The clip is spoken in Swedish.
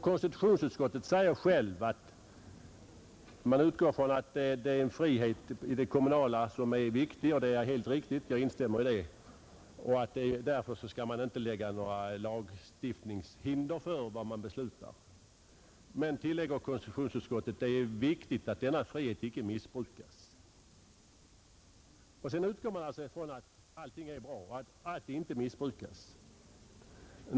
Konstitutionsutskottet har själv uttalat att detta är en frihet som är viktig för kommunerna — det instämmer jag i — och att man därför inte skall ställa upp några lagstiftningshinder för fullmäktiges val. Men konstitutionsutskottet tillade att det är viktigt att denna frihet icke missbrukas, och att man utgick ifrån att så inte skulle ske.